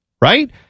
right